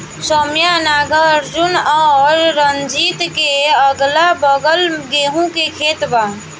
सौम्या नागार्जुन और रंजीत के अगलाबगल गेंहू के खेत बा